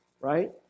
right